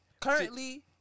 Currently